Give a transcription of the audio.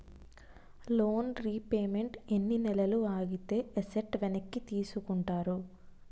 Loan repayment ఎన్ని నెలలు ఆగితే ఎసట్ వెనక్కి తీసుకుంటారు?